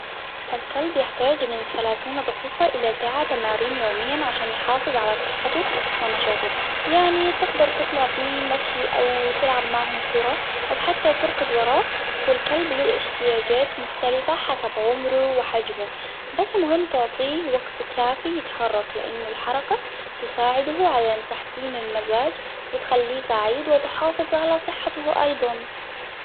الكلب يحتاج من ثلاثون دقيقة الى ساعة تمارين يوميا، عشان يحافظ على صحته ونشاطه. يعني تقدر تطلع في مشي أو تلعب معهم كرة أو حتى تركد وراه، كل كلب له احتياجات مختلفة حسب عمره وحجمه. بس مهم تعطيه وقت كافي يتحرك حركة تساعده على تحسين المزاج وتخليه سعيد وتحافظ على صحته أيضا.